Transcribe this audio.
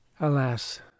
Alas